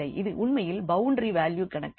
இது உண்மையில் boundary value கணக்கு